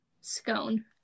Scone